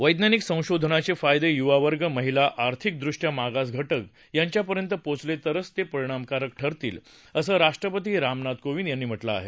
वैज्ञानिक संशोधनाचे फायदे युवा वर्ग महिला आर्थिक दृष्टया मागास घटक यांच्यापर्यंत पोचले तरच ते परिणामकारक ठरतील असं राष्ट्रपती रामनाथ कोविंद यांनी म्हटलं आहे